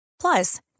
Plus